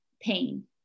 pain